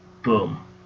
Boom